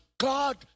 God